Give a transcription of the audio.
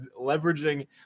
leveraging